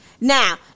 now